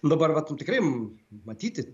dabar va tikrai matyti